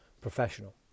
professional